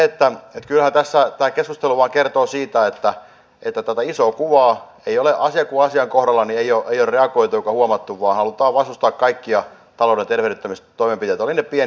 mutta kyllähän tässä tämä keskustelu vain kertoo siitä että isoon kuvaan ei ole asian kuin asian kohdalla reagoitu eikä sitä huomattu vaan halutaan vastustaa kaikkia talouden tervehdyttämistoimenpiteitä olivat ne pieniä tai isoja